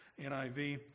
NIV